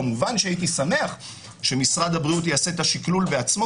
כמובן שהייתי שמח שמשרד הבריאות יעשה את השקלול בעצמו,